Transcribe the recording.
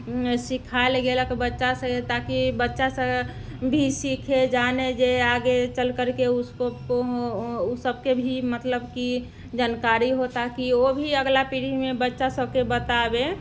सीखायल गेलक बच्चा सबके ताकि बच्चा सब भी सीखे जाने जे आगे चल करके ओ सबको ओ सबके भी मतलब कि जानकारी हो ताकि ओ भी अगला पीढ़ीमे बच्चा सबके बताबे